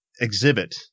exhibit